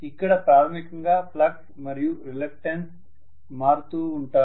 ఇక్కడ ప్రాథమికంగా ఫ్లక్స్ మరియు రెలక్టన్స్ మారుతూ ఉంటాయి